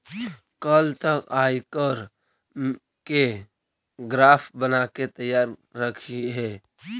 कल तक आयकर के ग्राफ बनाके तैयार रखिहें